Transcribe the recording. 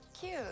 Cute